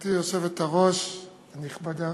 גברתי היושבת-ראש הנכבדה,